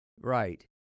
Right